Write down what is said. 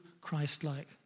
Christ-like